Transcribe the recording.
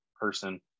person